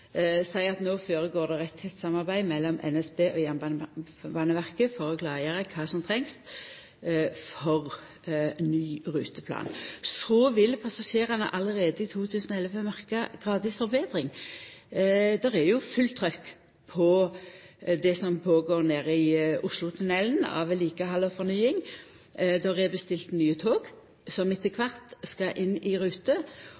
at no føregår det eit tett samarbeid mellom NSB og Jernbaneverket for å klargjera kva som trengst for ein ny ruteplan. Så vil passasjerane allereie i 2011 gradvis merka ei forbetring. Det er jo fullt trykk på det som går føre seg nede i Oslotunnelen av vedlikehald og fornying. Det er bestilt nye tog som etter